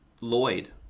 Lloyd